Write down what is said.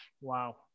wow